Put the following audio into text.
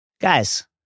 guys